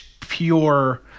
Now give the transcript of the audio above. pure